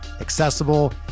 accessible